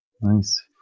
Nice